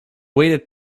waited